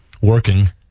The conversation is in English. working